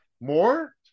more